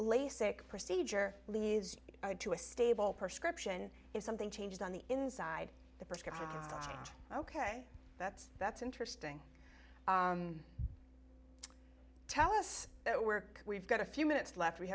lasik procedure leads you to a stable per script then if something changes on the inside the prescription ok that's that's interesting tell us at work we've got a few minutes left we